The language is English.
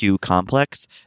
complex